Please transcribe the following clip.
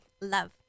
Love